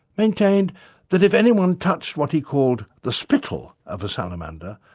maintained that if anyone touched what he called the spittle of a salamander,